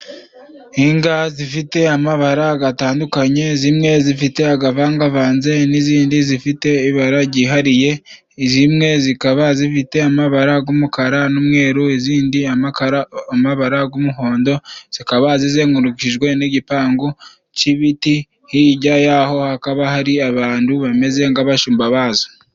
Inga zifite amabara gatandukanye. Zimwe zifite agavangavanze n'izindi zifite ibara ryihariye. Zimwe zikaba zifite amabara g'umukara n'umweru, izindi amakara amabara g'umuhondo, zikaba zizengurukijwe n'igipangu c'ibiti, hijya y'aho hakaba hari abantu bameze ng'abashumba bazo.